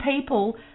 people